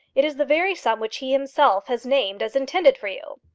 it is the very sum which he himself has named as intended for you.